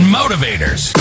motivators